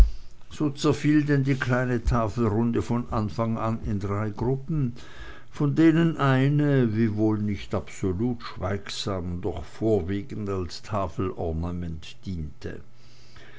zerfiel denn die kleine tafelrunde von anfang an in drei gruppen von denen eine wiewohl nicht absolut schweigsam doch vorwiegend als tafelornament